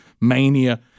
mania